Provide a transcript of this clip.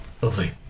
Lovely